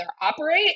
operate